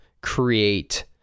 create